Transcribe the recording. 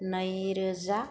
नै रोजा